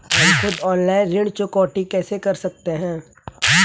हम खुद ऑनलाइन ऋण चुकौती कैसे कर सकते हैं?